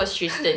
!huh!